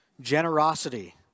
Generosity